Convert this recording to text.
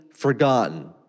Forgotten